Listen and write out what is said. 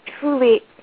truly